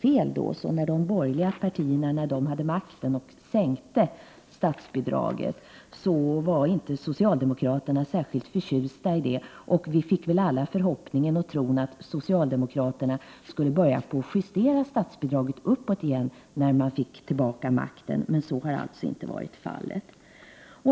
När de borgerliga partierna då de hade makten sänkte statsbidraget var inte socialdemokraterna särskilt förtjusta i detta, om jag inte minns fel. Vi fick väl alla då förhoppningen att socialdemokraterna skulle justera statsbidraget uppåt igen när de fick tillbaka makten. Men så har alltså inte varit fallet.